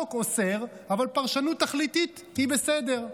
החוק אוסר, אבל פרשנות תכליתית היא בסדר.